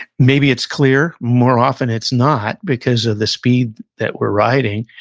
maybe it's clear, more often it's not, because of the speed that we're writing,